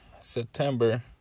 September